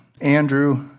Andrew